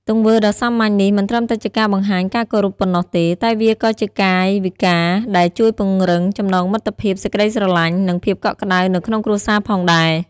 ទង្វើដ៏សាមញ្ញនេះមិនត្រឹមតែជាការបង្ហាញការគោរពប៉ុណ្ណោះទេ តែវាក៏ជាកាយវិការដែលជួយពង្រឹងចំណងមិត្តភាព សេចក្ដីស្រឡាញ់ និងភាពកក់ក្ដៅនៅក្នុងគ្រួសារផងដែរ។